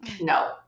no